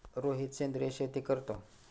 रोहित सेंद्रिय शेती करतो